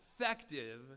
effective